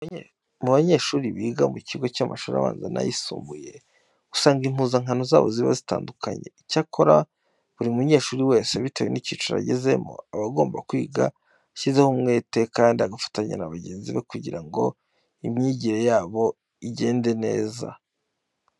Abanyeshuri biga mu kigo cy'amashuri abanza n'ayisumbuye usanga impuzankano zabo ziba zitandukanye. Icyakora buri munyeshuri wese bitewe n'icyiciro agezemo aba agomba kwiga ashyizeho umwete kandi agafatanya na bagenzi be kugira ngo imyigire yabo igende neza.